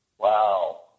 Wow